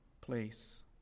place